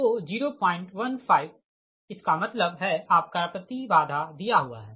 तो 015 इसका मतलब है आपका प्रति बाधा दिया हुआ है